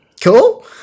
cool